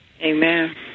Amen